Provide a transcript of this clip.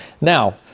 Now